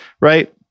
right